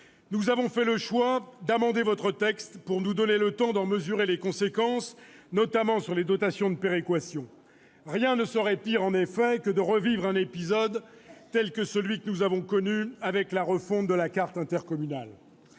Nous avons fait le choix d'amender votre texte pour nous donner le temps d'en mesurer les conséquences, notamment en ce qui concerne les dotations de péréquation. Rien ne serait pire en effet que de revivre un épisode tel que celui que nous avons connu avec la refonte de la carte intercommunale.